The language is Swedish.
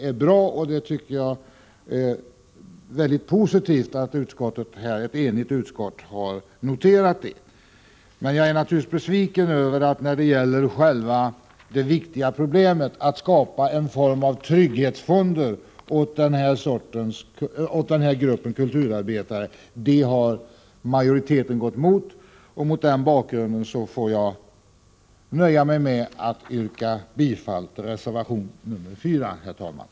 Men jag är naturligtvis besviken över att majoriteten har gått emot vårt förslag att lösa det viktiga problemet att skapa en form av trygghetsfonder åt denna grupp av kulturarbetare. Mot den bakgrunden får jag nöja mig med att yrka bifall till reservation 4 på denna punkt.